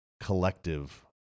collective